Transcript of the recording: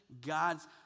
God's